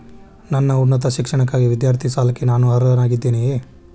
ನನ್ನ ಉನ್ನತ ಶಿಕ್ಷಣಕ್ಕಾಗಿ ವಿದ್ಯಾರ್ಥಿ ಸಾಲಕ್ಕೆ ನಾನು ಅರ್ಹನಾಗಿದ್ದೇನೆಯೇ?